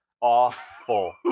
awful